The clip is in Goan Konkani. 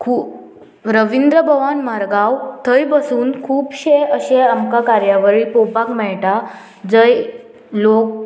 खू रविंद्र भवन मार्गांव थंय बसून खुबशे अशे आमकां कार्यावरी पळोवपाक मेळटा जंय लोक